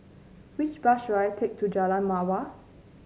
which bus should I take to Jalan Mawar